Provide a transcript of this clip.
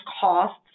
costs